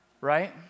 right